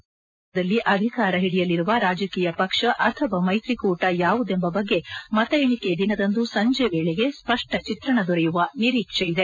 ಈ ಬಾರಿ ಕೇಂದ್ರದಲ್ಲಿ ಅಧಿಕಾರ ಹಿಡಿಯಲಿರುವ ರಾಜಕೀಯ ಪಕ್ಷ ಅಥವಾ ಮೈತ್ರಿಕೂಟ ಯಾವುದೆಂಬ ಬಗ್ಗೆ ಮತ ಎಣೆಕೆ ದಿನದಂದು ಸಂಜೆ ವೇಳೆಗೆ ಸ್ಪಷ್ಟ ಚಿತ್ರಣ ದೊರೆಯುವ ನಿರೀಕ್ಷೆ ಇದೆ